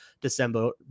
December